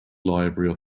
library